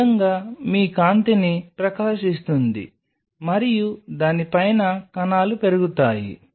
ఈ విధంగా మీ కాంతిని ప్రకాశిస్తుంది మరియు దాని పైన కణాలు పెరుగుతాయి